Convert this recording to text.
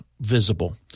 visible